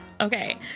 Okay